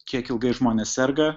kiek ilgai žmonės serga